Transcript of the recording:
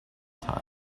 time